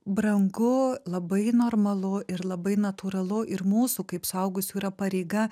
brangu labai normalu ir labai natūralu ir mūsų kaip suaugusių yra pareiga